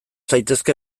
zaitezke